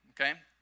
Okay